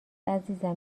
عزیزم